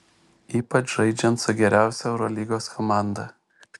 ypač žaidžiant su geriausia eurolygos komanda